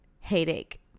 headache